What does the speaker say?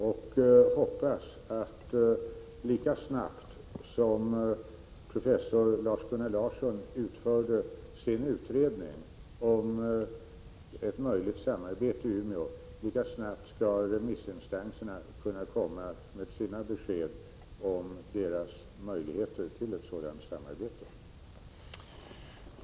Jag hoppas att remissinstanserna skall kunna komma med besked om sina möjligheter till ett sådant samarbete lika snabbt som professor Lars-Gunnar Larsson utförde sin utredning om ett möjligt samarbete i Umeå.